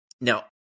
Now